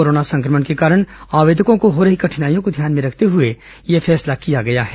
corona संक्रकण के कारण आवेदकों को हो रही कठिनाइयों को ध्यान में रखते हुए यह फैसला किया गया है